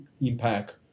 impact